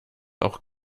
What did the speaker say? auch